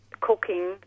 cooking